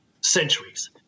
centuries